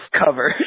cover